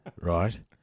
right